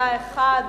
נמנע אחד,